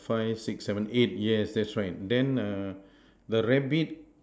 five six seven eight yes that's right then err the rabbit